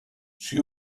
she